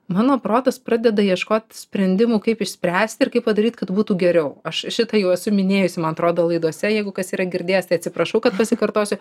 mano protas pradeda ieškoti sprendimų kaip išspręsti ir kaip padaryt kad būtų geriau aš šitą jau esu minėjusi man atrodo laidose jeigu kas yra girdėjęs tai atsiprašau kad pasikartosiu